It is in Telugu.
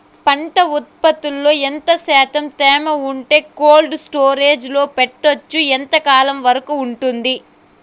పంట ఉత్పత్తులలో ఎంత శాతం తేమ ఉంటే కోల్డ్ స్టోరేజ్ లో పెట్టొచ్చు? ఎంతకాలం వరకు ఉంటుంది